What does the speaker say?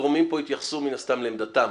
הגורמים פה יתייחסו מן הסתם לעמדתם,